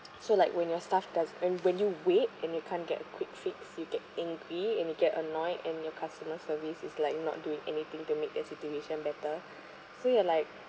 so like when your stuff does and when you wait and you can't get a quick fix you get angry and you get annoyed and your customer service is like not doing anything to make a situation better so you are like